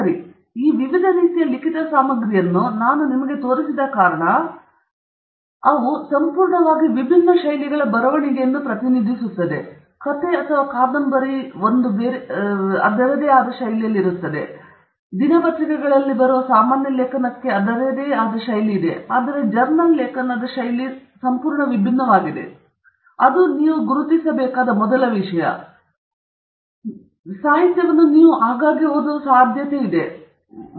ಆದ್ದರಿಂದ ಸರಿ ನೀವು ಪ್ರವೇಶಿಸಬಹುದಾದಂತಹ ಈ ವಿವಿಧ ರೀತಿಯ ಲಿಖಿತ ಸಾಮಗ್ರಿಯನ್ನು ನಾನು ನಿಮಗೆ ತೋರಿಸಿದ ಕಾರಣ ಅವರು ಸಂಪೂರ್ಣವಾಗಿ ವಿಭಿನ್ನ ಶೈಲಿಗಳ ಬರವಣಿಗೆಯನ್ನು ಪ್ರತಿನಿಧಿಸುತ್ತಿದ್ದಾರೆ ಅದು ನೀವು ಗುರುತಿಸಬೇಕಾದ ಮೊದಲ ವಿಷಯ ನೀವು ಅಲ್ಲಿಗೆ ಸಾಹಿತ್ಯವನ್ನು ಹೊಂದಿರುವಿರಿ ನೀವು ಆಗಾಗ್ಗೆ ಓದುವ ಸಾಧ್ಯತೆಯಿದೆ ಆದರೆ ಅದರಲ್ಲಿ ಬಹುಪಾಲು ವಿಭಿನ್ನವಾಗಿದೆ